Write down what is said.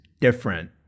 different